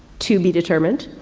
to be determined.